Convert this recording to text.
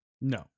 no